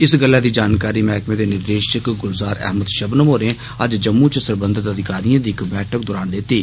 इस गल्लै दी जानकारी मैहकमे दे निदेषक गुज़ार अहमद षबनम होरें अज्ज जम्मू च सरबंधत अधिकारिएं दी इक बैठक दौरान दिती